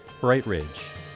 Brightridge